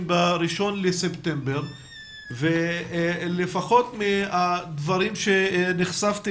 ב-1 בספטמבר ולפחות מהדברים אליהם נחשפתי